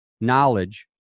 knowledge